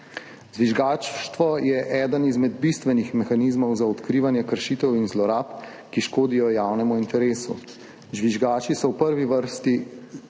Žvižgaštvo je eden izmed bistvenih mehanizmov za odkrivanje kršitev in zlorab, ki škodijo javnemu interesu. Žvižgači so prvi, ki